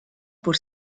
por